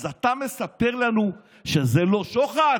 אתה מספר לנו שזה לא שוחד?